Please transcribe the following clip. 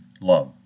love